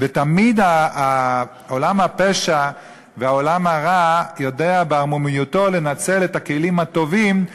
ותמיד עולם הפשע והעולם הרע יודע בערמומיותו לנצל את הכלים הטובים,